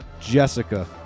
Jessica